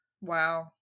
wow